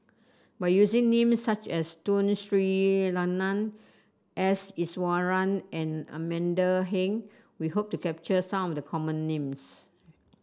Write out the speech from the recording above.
by using names such as Tun Sri Lanang S Iswaran and Amanda Heng we hope to capture some of the common names